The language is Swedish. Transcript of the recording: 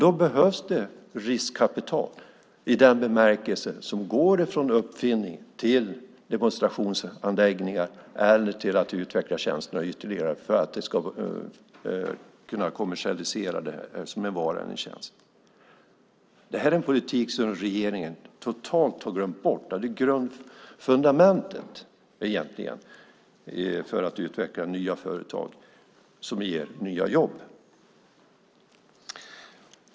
Det behövs riskkapital, i den bemärkelsen att det går från uppfinning till demonstrationsanläggningar eller till att utveckla tjänsterna ytterligare för att man ska kunna kommersialisera varan eller tjänsten. Det här är en politik som regeringen totalt har glömt bort. Det är grundfundamentet för att utveckla nya företag som ger nya jobb.